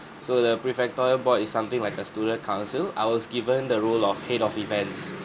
so the prefectorial board is something like a student council I was given the role of head of events